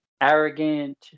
arrogant